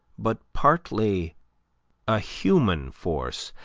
but partly a human force,